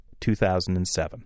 2007